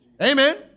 Amen